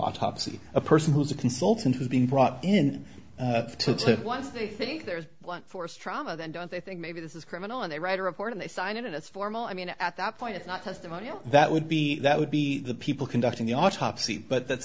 autopsy a person who's a consultant who's been brought in to take once they think there's blunt force trauma then don't they think maybe this is criminal and they write a report and they sign it and it's formal i mean at that point it's not testimony that would be that would be the people conducting the autopsy but that's